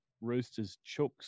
Roosters-Chooks